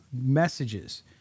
messages